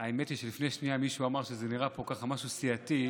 האמת היא שלפני שנייה מישהו אמר שזה נראה פה משהו סיעתי.